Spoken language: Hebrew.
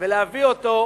ולהביא אותה